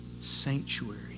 sanctuary